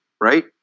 right